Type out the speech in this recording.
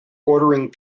ordering